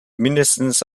mindestens